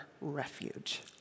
refuge